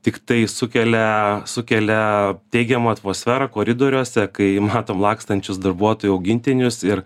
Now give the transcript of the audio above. tiktai sukelia sukelia teigiamą atmosferą koridoriuose kai matom lakstančius darbuotojų augintinius ir